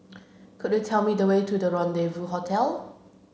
could you tell me the way to Rendezvous Hotel